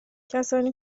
کسانی